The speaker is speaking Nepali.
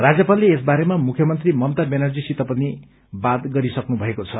राज्यपालले यस बारेमा मुख्यमंत्री ममता व्यानर्जीसित पनि बात गरिसक्नु भएको छ